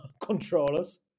controllers